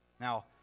Now